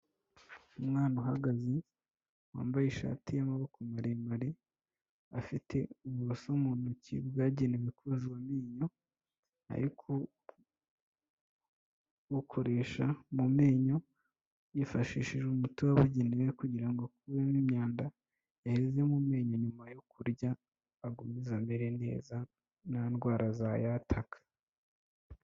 Umwana uhagaze wambaye ishati y'amaboko maremare afite uburoso mu ntoki bwagenewe koza amenyo ayo kubukoresha mu menyo yifashishije umuti wabugenewe kugira akuremo imyanda yaheze mu menyo nyuma yo kurya agomeze amere neza nta ndwara za yataka.